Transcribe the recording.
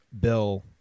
bill